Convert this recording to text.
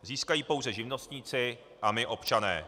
Získají pouze živnostníci a my, občané.